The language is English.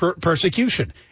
persecution